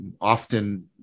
often